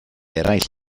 eraill